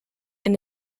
and